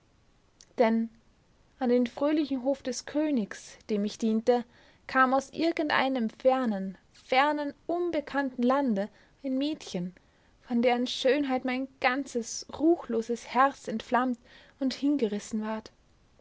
denn an den fröhlichen hof des königs dem ich diente kam aus irgendeinem fernen fernen unbekannten lande ein mädchen von deren schönheit mein ganzes ruchloses herz entflammt und hingerissen ward